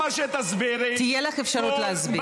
תהיה לך אפשרות להסביר.